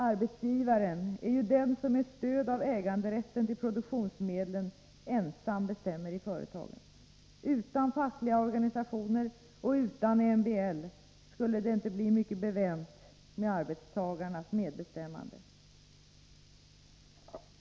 Arbetsgivaren är ju den som med stöd av äganderätten till produktionsmedlen ensam bestämmer i företagen. Utan fackliga organisationer och utan MBL skulle det inte bli mycket bevänt med arbetstagarnas medbestämmande.